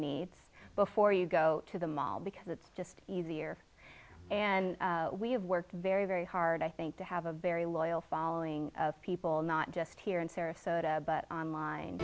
needs before you go to the mall because it's just easier and we have worked very very hard i think to have a very loyal following of people not just here in sarasota but on line